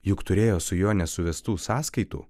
juk turėjo su juo nesuvestų sąskaitų